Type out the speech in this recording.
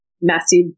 massive